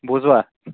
بوٗزٕوا